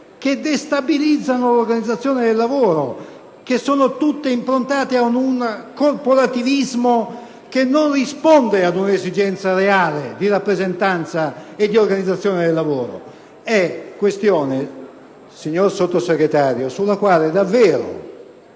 che destabilizzano l'organizzazione del lavoro, tutte improntate a un corporativismo che non risponde ad un'esigenza reale di rappresentanza e di organizzazione del lavoro. È questione, signor Sottosegretario, sulla quale davvero